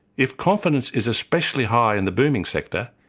if confidence is especially high in the booming sector,